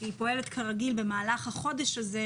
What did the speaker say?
היא פועלת כרגיל במהלך החודש הזה,